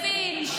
לוין,